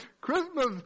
Christmas